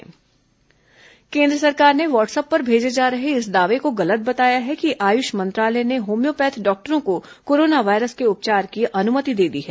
corona homeopath doctor केन्द्र सरकार ने व्हाट्सअप पर भेजे जा रहे इस दावे को गलत बताया है कि आयुष मंत्रालय ने होम्योपैथ डॉक्टरों को कोरोना वायरस के उपचार की अनुमति दे दी है